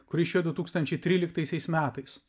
kuri išėjo du tūkstančiai tryliktaisiais metais